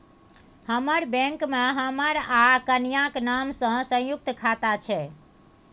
हमर बैंक मे हमर आ कनियाक नाम सँ संयुक्त खाता छै